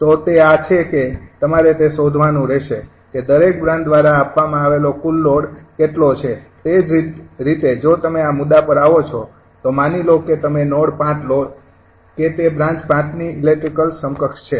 તો તે આ છે કે તમારે તે શોધવાનું રહેશે કે દરેક બ્રાન્ચ દ્વારા આપવામાં આવેલો કુલ લોડ કેટલો છે તે જ રીતે જો તમે આ મુદ્દા પર આવો છે તો માની લો કે તમે નોડ ૫ લો કે તે બ્રાન્ચ ૫ ની ઇલેક્ટ્રિકલ સમકક્ષ છે